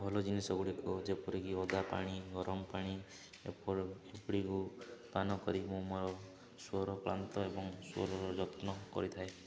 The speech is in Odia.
ଭଲ ଜିନିଷ ଗୁଡ଼ିକ ଯେପରିକି ଅଦା ପାଣି ଗରମ ପାଣି ଏପଟ ଏପଡ଼ିକୁ ପାନ କରି ମୁଁ ମୋର ସ୍ୱର କ୍ଲାନ୍ତ ଏବଂ ସ୍ୱରର ଯତ୍ନ କରିଥାଏ